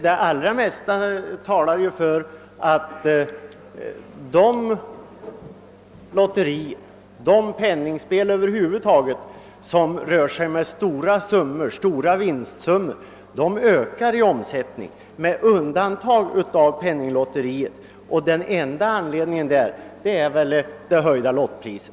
Det allra mesta talar ju för att de lotterier, de penningspel över huvud taget, som rör sig med stora vinstsummor ökar i omsättning med undantag av penninglotiteriet och den enda anledningen till det undantaget är väl som sagt det höjda lottpriset.